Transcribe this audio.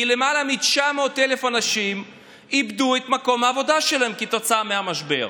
כי למעלה מ-900,000 אנשים איבדו את מקום העבודה שלהם כתוצאה מהמשבר.